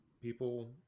people